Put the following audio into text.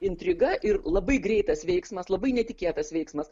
intriga ir labai greitas veiksmas labai netikėtas veiksmas